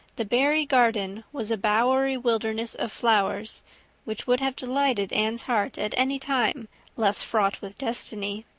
the barry garden was a bowery wilderness of flowers which would have delighted anne's heart at any time less fraught with destiny.